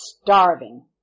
starving